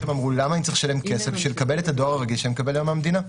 למה אני צריך לשלם כסף כדי לקבל את הדואר הרגיל שאני מקבל היום מהמדינה?